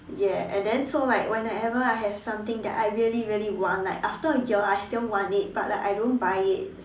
ya and then so like when I ever I have something that I really really want like after a year I still want it but like I don't buy it